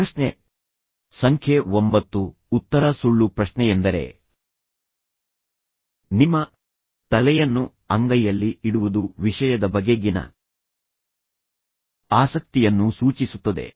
ಪ್ರಶ್ನೆ ಸಂಖ್ಯೆ ಒಂಬತ್ತು ಉತ್ತರ ಸುಳ್ಳು ಪ್ರಶ್ನೆಯೆಂದರೆ ನಿಮ್ಮ ತಲೆಯನ್ನು ಅಂಗೈಯಲ್ಲಿ ಇಡುವುದು ವಿಷಯದ ಬಗೆಗಿನ ಆಸಕ್ತಿಯನ್ನು ಸೂಚಿಸುತ್ತದೆ